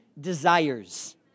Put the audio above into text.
desires